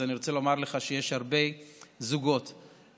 אז אני רוצה לומר לך שיש הרבה זוגות מעורבים,